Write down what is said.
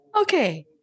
okay